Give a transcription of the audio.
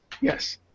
Yes